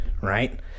right